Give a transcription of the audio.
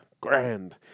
Grand